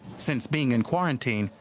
since being in quarantine,